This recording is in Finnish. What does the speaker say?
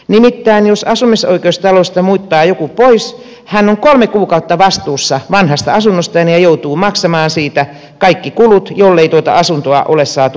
nimittäin jos asumisoikeustalosta muuttaa joku pois hän on kolme kuukautta vastuussa vanhasta asunnostaan ja joutuu maksamaan siitä kaikki kulut jollei tuota asuntoa ole saatu vuokrattua